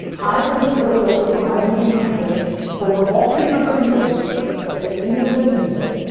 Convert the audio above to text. i could have put a filter for my b two b company over all three hundred people here, let's say eighty of them used it,